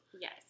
yes